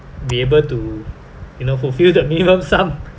be able to you know fulfil the minimum sum